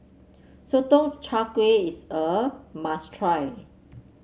Sotong Char Kway is a must try